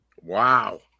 Wow